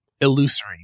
illusory